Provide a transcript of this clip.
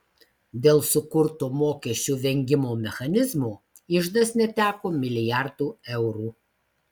dėl sukurto mokesčių vengimo mechanizmo iždas neteko milijardų eurų